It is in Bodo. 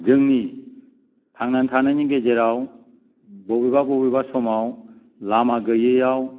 जोंनि थांनानै थानायनि गेजेराव बबेबा बबेबा समाव लामा गैयैआव